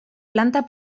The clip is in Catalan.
planta